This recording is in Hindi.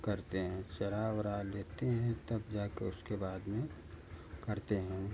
करते हैं चरा उरा लेते हैं तब जा कर उसके बाद में करते हैं